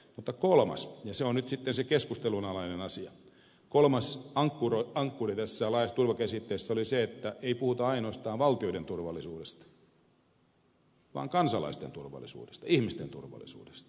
mutta kolmas ankkuri ja se on nyt sitten se keskustelunalainen asia tässä laajassa turvallisuuskäsitteessä oli se että ei puhuta ainoastaan valtioiden turvallisuudesta vaan kansalaisten turvallisuudesta ihmisten turvallisuudesta